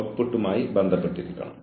ഇതെല്ലാം വളരെ സാന്ദർഭികമാണ്